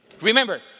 Remember